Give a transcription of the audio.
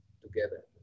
together